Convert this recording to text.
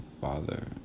father